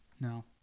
No